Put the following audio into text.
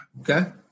Okay